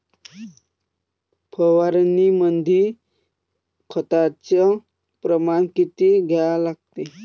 फवारनीमंदी खताचं प्रमान किती घ्या लागते?